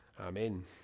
Amen